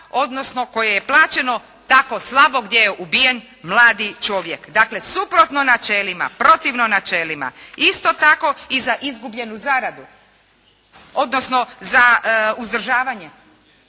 odnosno koje je plaćeno tako slabo gdje je ubijen mladi čovjek. Dakle suprotno načelima, protivno načelima. Isto tako i za izgubljenu zaradu odnosno za uzdržavanje.